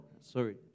sorry